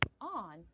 on